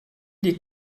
des